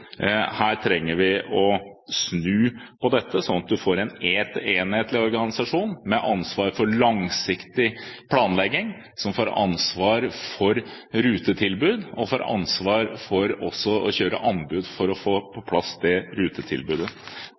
trenger å snu på dette, slik at man får en enhetlig organisasjon med ansvar for langsiktig planlegging, med ansvar for rutetilbud og med ansvar for å innhente anbud for å få på plass dette rutetilbudet.